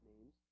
names